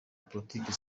politiki